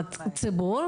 הציבור?